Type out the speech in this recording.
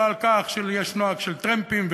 לא על כך שיש נוהג של טרמפים,